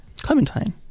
Clementine